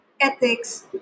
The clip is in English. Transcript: ethics